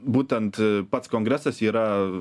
būtent pats kongresas yra